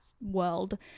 world